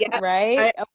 right